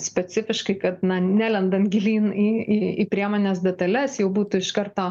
specifiškai kad na nelendant gilyn į į į priemonės detales jau būtų iš karto